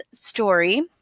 story